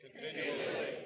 Continually